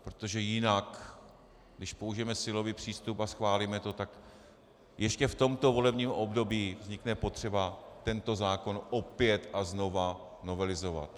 Protože jinak když použijeme silový přístup a schválíme to, tak ještě v tomto volebním období vznikne potřeba tento zákon opět a znova novelizovat.